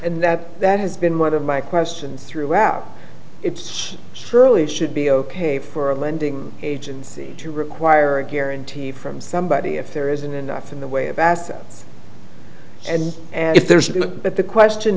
and that that has been one of my questions throughout it's early should be ok for amending agency to require a guarantee from somebody if there isn't enough in the way of assets and if there's but the question